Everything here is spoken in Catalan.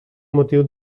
motiu